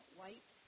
white